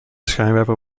schijnwerper